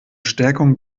stärkung